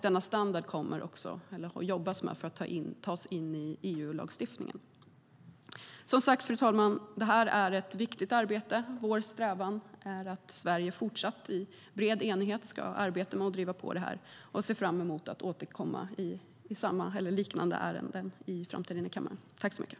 Man jobbar också för att ta in denna standard i EU-lagstiftningen. Fru talman! Detta är ett viktigt arbete. Vår strävan är att Sverige fortsatt i bred enighet ska driva på detta. Jag ser fram emot att få återkomma i liknande ärenden i framtiden i kammaren.